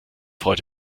freut